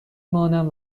مانم